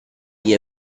gli